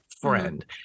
friend